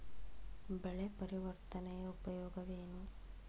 ಬೆಳೆ ಪರಿವರ್ತನೆಯ ಉಪಯೋಗವೇನು?